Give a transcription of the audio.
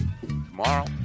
tomorrow